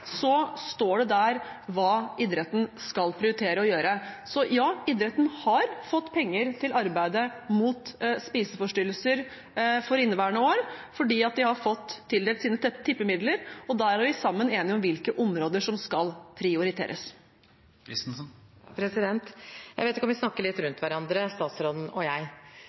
står det der hva idretten skal prioritere å gjøre. Så ja, idretten har fått penger til arbeidet mot spiseforstyrrelser for inneværende år, fordi de har fått tildelt sine tippemidler, og der er vi sammen enige om hvilke områder som skal prioriteres. Jeg vet ikke om vi snakker litt forbi hverandre, statsråden og jeg.